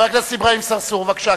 חבר הכנסת צרצור, בבקשה.